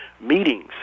meetings